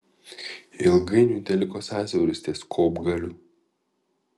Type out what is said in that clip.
ilgainiui teliko sąsiauris ties kopgaliu